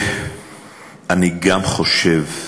אני גם חושב,